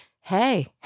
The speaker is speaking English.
Hey